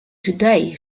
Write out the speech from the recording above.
today